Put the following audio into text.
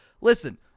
listen